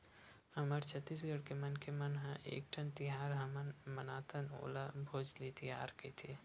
हमर छत्तीसगढ़ के मनखे मन ह एकठन तिहार हमन मनाथन ओला भोजली तिहार कइथे